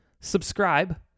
subscribe